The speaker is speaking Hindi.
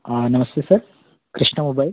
नमस्ते सर कृष्णा मोबाइल